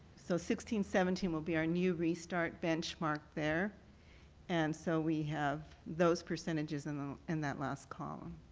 so sixteen seventeen will be our new restart benchmark there and so we have those percentages in in that last column.